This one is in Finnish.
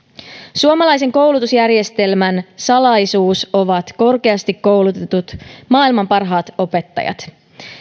suomalaisen koulutusjärjestelmän salaisuus ovat korkeasti koulutetut maailman parhaat opettajat